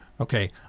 Okay